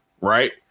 right